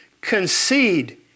concede